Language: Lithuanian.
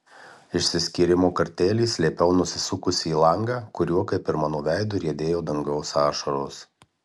išsiskyrimo kartėlį slėpiau nusisukusi į langą kuriuo kaip ir mano veidu riedėjo dangaus ašaros